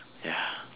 ya